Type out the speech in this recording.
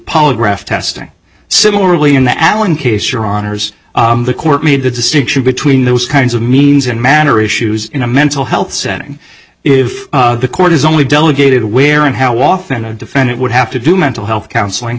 polygraph testing similarly in the alan case your honour's the court made the distinction between those kinds of means and manner issues in a mental health setting if the court is only delegated where and how often a defendant would have to do mental health counseling